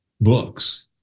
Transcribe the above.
books